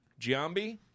Giambi